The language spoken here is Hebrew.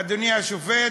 אדוני השופט,